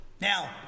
Now